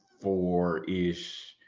four-ish